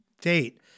date